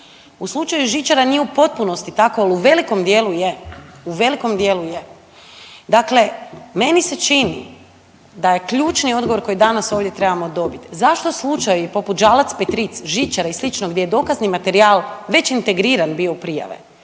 U slučaju žičara nije u potpunosti tako, ali u velikom dijelu je, u velikom dijelu je. Dakle, meni se čini da je ključni odgovor koji danas ovdje trebamo dobiti, zašto slučaji poput Žalac-Petric, žičara i sl. gdje je dokazni materijal već integriran bio u prijave?